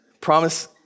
Promise